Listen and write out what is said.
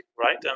right